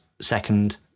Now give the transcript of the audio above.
second